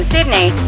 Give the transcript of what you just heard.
Sydney